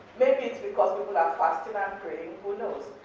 maybe it's because people are fast in upgrading, who knows,